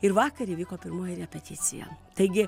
ir vakar įvyko pirmoji repeticija taigi